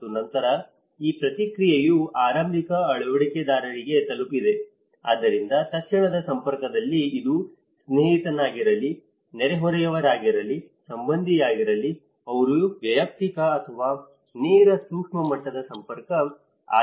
ಮತ್ತು ನಂತರ ಈ ಪ್ರತಿಕ್ರಿಯೆಯು ಆರಂಭಿಕ ಅಳವಡಿಕೆದಾರರಿಗೆ ತಲುಪಿದೆ ಆದ್ದರಿಂದ ತಕ್ಷಣದ ಸಂಪರ್ಕದಲ್ಲಿ ಅದು ಸ್ನೇಹಿತನಾಗಿರಲಿ ನೆರೆಹೊರೆಯವರಾಗಿರಲಿ ಸಂಬಂಧಿಯಾಗಿರಲಿ ಅವರ ವೈಯಕ್ತಿಕ ಅಥವಾ ನೇರ ಸೂಕ್ಷ್ಮ ಮಟ್ಟದ ಸಂಪರ್ಕ ಆಗಿರುತ್ತದೆ